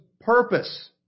purpose